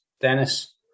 Dennis